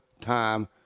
time